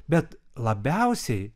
bet labiausiai